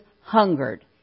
hungered